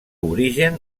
origen